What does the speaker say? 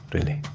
really?